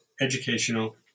educational